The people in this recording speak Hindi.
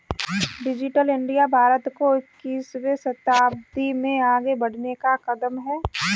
डिजिटल इंडिया भारत को इक्कीसवें शताब्दी में आगे बढ़ने का कदम है